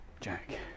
jack